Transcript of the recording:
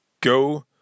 go